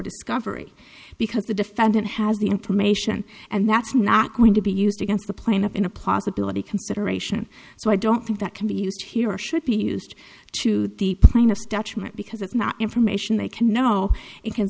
discovery because the defendant has the information and that's not going to be used against the playing up in a possibility consideration so i don't think that can be used here or should be used to the plaintiff's detriment because it's not information they can no it can